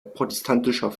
protestantischer